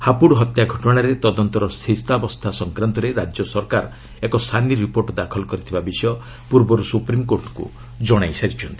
ହାପୁଡ୍ ହତ୍ୟା ଘଟଣାରେ ତଦନ୍ତର ସ୍ଥିତାବସ୍ଥା ସଂକ୍ରାନ୍ତରେ ରାଜ୍ୟ ସରକାର ଏକ ସାନି ରିପୋର୍ଟ୍ ଦାଖଲ କରିଥିବା ବିଷୟ ପୂର୍ବରୁ ସୁପ୍ରିମ୍କୋର୍ଟଙ୍କୁ ଜଣାଇ ସାରିଚ୍ଚନ୍ତି